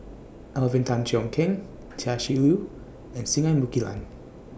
Alvin Tan Cheong Kheng Chia Shi Lu and Singai Mukilan